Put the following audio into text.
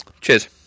Cheers